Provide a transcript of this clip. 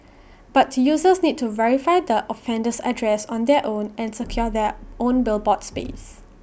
but users need to verify the offender's address on their own and secure their own billboard space